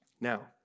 Now